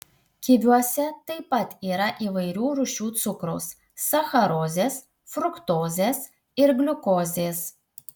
kiviuose taip pat yra įvairių rūšių cukraus sacharozės fruktozės ir gliukozės